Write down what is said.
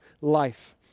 life